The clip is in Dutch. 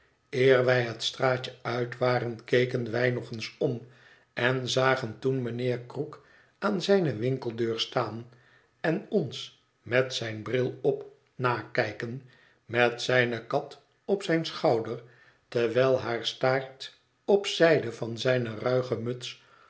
wij het straatje uit waren keken wij nog eens om en zagen toen mijnheer krook aan zijne winkeldeur staan en ons met zijn bril op nakijken met zijne kat op zijn schouder terwijl haar staart op zijde van zijne ruige muts